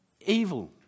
evil